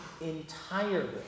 entirely